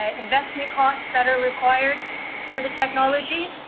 ah investment cost that are required for the technology,